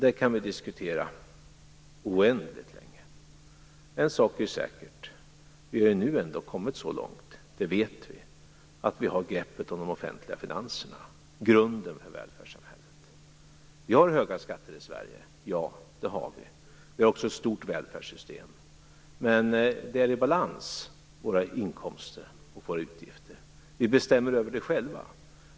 Det kan vi diskutera oändligt länge. En sak är säker: vi vet att vi nu har kommit så långt att vi har greppet om de offentliga finanserna, grunden för välfärdssamhället. Ja, vi har höga skatter i Sverige. Vi har också ett stort välfärdssystem. Men våra inkomster och våra utgifter är i balans. Vi bestämmer över det själva.